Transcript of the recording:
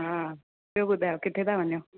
हा ॿियो ॿुधायो किथे था वञो